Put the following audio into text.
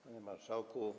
Panie Marszałku!